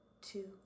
two